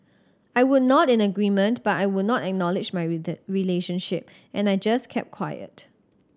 I would nod in agreement but I would not acknowledge my relationship and I just kept quiet